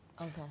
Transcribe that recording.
Okay